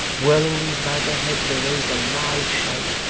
whirling these about their heads they raised a loud shout,